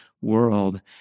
world